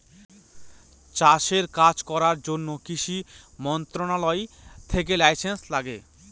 চাষের কাজ করার জন্য কৃষি মন্ত্রণালয় থেকে লাইসেন্স লাগে